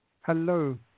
Hello